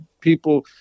people